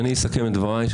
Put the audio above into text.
אני אסכם את דבריי.